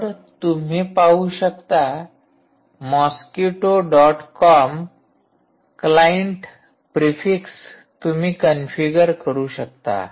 तर तुम्ही पाहू शकता Mosquitto dot com client prefix तुम्ही कन्फिगर करू शकता